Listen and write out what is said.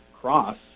cross